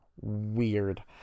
weird